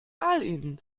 ain